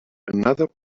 another